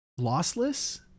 lossless